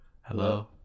hello